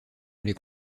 les